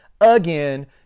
again